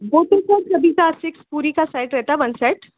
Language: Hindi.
वह तो सर कभी चार सिक्स पूड़ी का सेट रहता है वन सेट